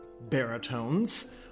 baritones